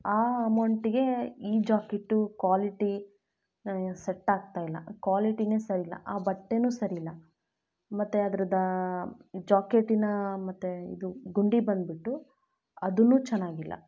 ಆ ಅಮೌಂಟಿಗೆ ಈ ಜೋಕೆಟ್ಟು ಕ್ವಾಲಿಟಿ ನನ್ಗೆ ಸೆಟ್ ಆಗ್ತಾ ಇಲ್ಲ ಕ್ವಾಲಿಟಿನೆ ಸರಿ ಇಲ್ಲ ಆ ಬಟ್ಟೆನೂ ಸರಿ ಇಲ್ಲ ಮತ್ತು ಅದ್ರದ್ ಜೋಕೆಟಿನ ಮತ್ತು ಇದು ಗುಂಡಿ ಬಂದುಬಿಟ್ಟು ಅದೂ ಚೆನ್ನಾಗಿಲ್ಲ